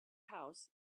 house